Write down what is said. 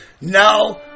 No